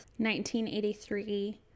1983